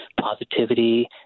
positivity